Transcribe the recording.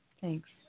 Thanks